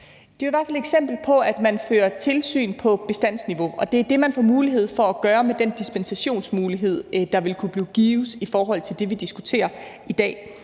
Det er jo i hvert fald et eksempel på, at man fører tilsyn på bestandsniveau, og det er det, man får mulighed for at gøre med den dispensationsmulighed, hvor der vil kunne blive givet dispensation i forhold til det, vi diskuterer i dag.